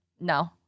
No